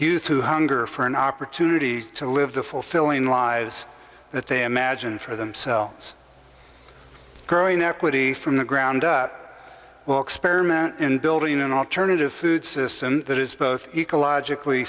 who hunger for an opportunity to live the fulfilling lives that they imagine for themselves growing equity from the ground up well experiment in building an alternative food system that is both ecologically